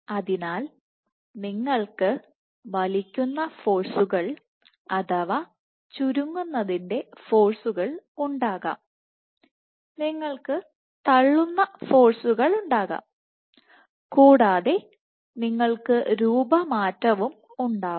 അതിനാൽ നിങ്ങൾക്ക് വലിക്കുന്നഫോഴ്സുകൾ അഥവാ ചുരുങ്ങുന്നതിൻറെ ഫോഴ്സുകൾ ഉണ്ടാകാം നിങ്ങൾക്ക് തള്ളുന്ന ഫോഴ്സുകളുണ്ടാകാം കൂടാതെ നിങ്ങൾക്ക് രൂപമാറ്റവും ഉണ്ടാവാം